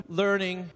learning